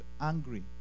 angry